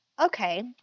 okay